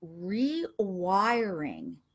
rewiring